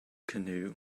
canoe